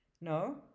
no